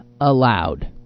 allowed